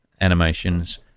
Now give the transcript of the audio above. animations